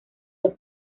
los